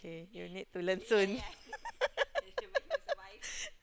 okay you need to learn soon